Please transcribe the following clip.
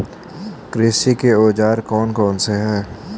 कृषि के औजार कौन कौन से हैं?